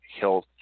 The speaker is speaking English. Health